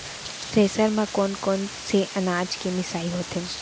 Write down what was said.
Thresher म कोन कोन से अनाज के मिसाई होथे?